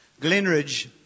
Glenridge